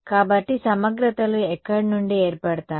కాబట్టి సమగ్రతలు ఎక్కడ నుండి ఏర్పడతాయి